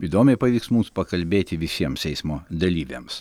įdomiai pavyks mums pakalbėti visiems eismo dalyviams